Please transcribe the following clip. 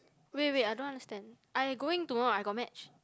wait wait I don't understand I going tomorrow I got match